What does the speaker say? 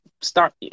start